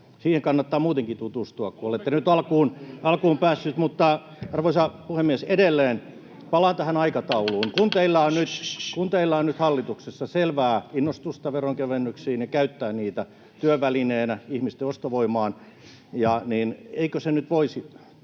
Siihen kannattaa muutenkin tutustua, kun olette nyt alkuun päässeet. Mutta, arvoisa puhemies, edelleen palaan tähän aikatauluun: Kun teillä on nyt hallituksessa selvää innostusta veronkevennyksiin ja käyttää niitä työvälineenä ihmisten ostovoimaan, niin eikö se nyt voisi